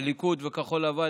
הליכוד וכחול לבן,